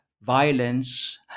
violence